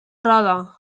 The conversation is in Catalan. roda